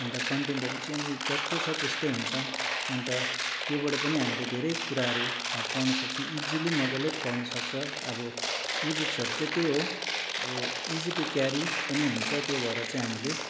अन्त कन्टेन्टहरू सेम यही जस्तो छ त्यस्तै हुन्छ अन्त त्योबाट पनि हामीले धेरै कुराहरू अब पढ्नु सक्छौँ इजीली मजाले पढ्नु सक्छ अब ई बुक्सहरू चाहिँ त्यही हो अब इजी टु क्यारी पनि हुन्छ त्यो भएर चाहिँ हामीले